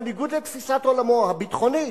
בניגוד לתפיסת עולמו הביטחונית,